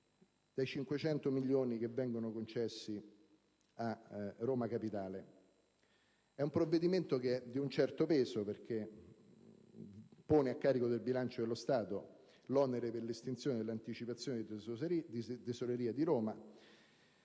dai 500 milioni che vengono concessi per Roma Capitale. È un provvedimento di un certo peso, perché pone a carico del bilancio dello Stato l'onere per l'estinzione delle anticipazioni di tesoreria della